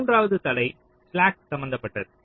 மூன்றாவது தடை ஸ்லாக் சம்பந்தப்பட்டது